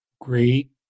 great